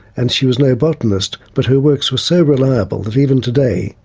and she was no botanist, but her works were so reliable that even today,